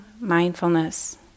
mindfulness